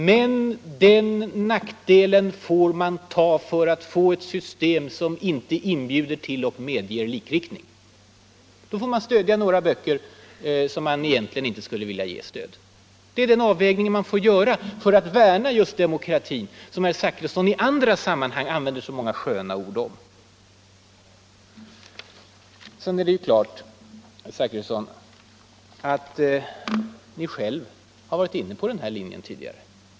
Men den nackdelen får man ta för att få ett system som inte inbjuder till och medger likriktning. Då får man stödja några böcker som man egentligen inte skulle vilja ge stöd. Det är den avvägning man får göra för att värna just demokratin, som herr Zachrisson i andra sammanhang använder så många sköna ord om. Ni har ju själv, herr Zachrisson, varit inne på denna linje tidigare.